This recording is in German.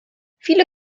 viele